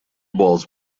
was